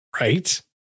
Right